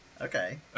Okay